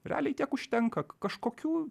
realiai tiek užtenka kažkokių